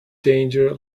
danger